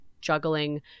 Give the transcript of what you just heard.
juggling